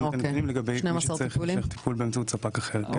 את הנתונים לגבי מי שצריך טיפול באמצעות ספק אחר.